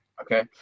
Okay